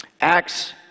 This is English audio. Acts